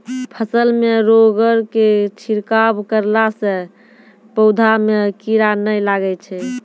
फसल मे रोगऽर के छिड़काव करला से पौधा मे कीड़ा नैय लागै छै?